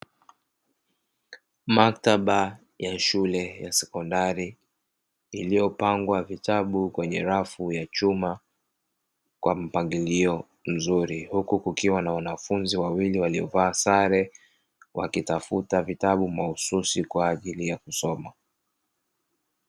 Maktaba ya shule ya sekondari iliyopangwa vitabu kwenye rafu ya chuma kwa mpangilio mzuri, huku kukiwa na wanafunzi wawili waliovaa sare, wakitafuta vitabu mahususi kwa ajili ya kusoma.